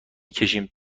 کشیم